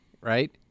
right